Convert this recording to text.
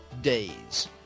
days